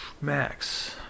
Max